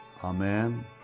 Amen